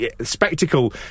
spectacle